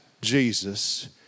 Jesus